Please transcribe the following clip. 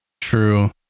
True